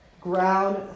ground